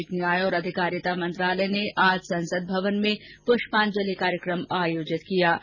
सामाजिक न्याय और आधिकारिता मंत्रालय ने आज संसद भवन में प्ष्पांजलि कार्यक्रम आयोजित किया